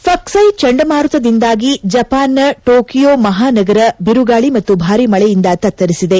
Faxai ಚಂಡಮಾರುತದಿಂದಾಗಿ ಜಪಾನ್ನ Tokyo ಮಹಾನಗರ ಬಿರುಗಾಳಿ ಮತ್ತು ಭಾರಿ ಮಳೆಯಿಂದ ತತ್ತರಿಸಿದೆ